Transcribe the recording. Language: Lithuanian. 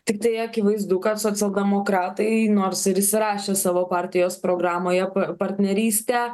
tiktai akivaizdu kad socialdemokratai nors ir įsirašė savo partijos programoje partnerystę